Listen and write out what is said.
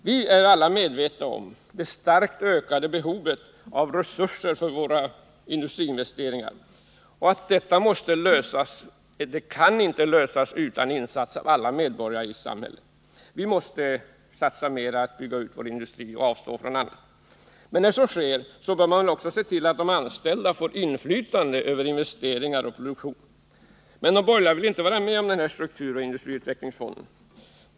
Vi är alla medvetna om det starkt ökade behovet av resurser för landets industriinvesteringar. Detta behov måste tillgodoses, och det kan inte ske utan insatser från alla medborgare i samhället. Vi måste satsa mera på att bygga ut vår industri och får då avstå från annat. Men när så sker bör man väl också se till att de anställda får ett inflytande över investeringar och produktion. Men de borgerliga vill inte vara med om strukturoch industriutvecklingsfonden.